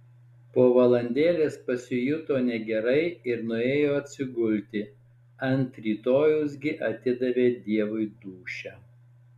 po valandėlės pasijuto negerai ir nuėjo atsigulti ant rytojaus gi atidavė dievui dūšią